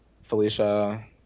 Felicia